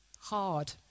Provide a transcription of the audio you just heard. Hard